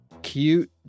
Cute